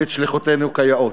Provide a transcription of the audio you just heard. ואת שליחותנו כיאות,